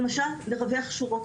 למשל לרווח שורות,